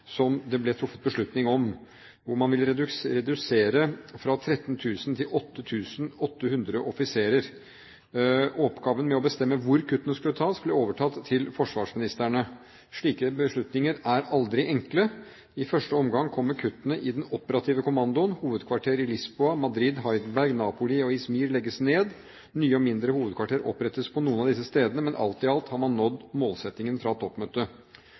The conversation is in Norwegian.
som det ble truffet beslutning om, der man ville redusere antall offiserer fra 13 000 til 8 800. Oppgaven med å bestemme hvor kuttene skulle tas, ble overlatt til forsvarsministrene. Slike beslutninger er aldri enkle. I første omgang kommer kuttene i den operative kommandoen. Hovedkvarterene i Lisboa, Madrid, Heidelberg, Napoli og Izmir legges ned. Nye og mindre hovedkvarterer opprettes på noen av disse stedene, men alt i alt har man nådd målsettingen fra toppmøtet.